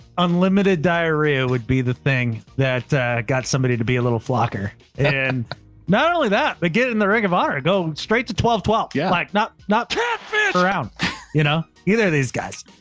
unlimited diarrhea would be the thing that, got somebody to be a little flocker. and not only that, but get in the ring of honor, go straight to twelve, twelve yeah like black, not brown, you know either these guys.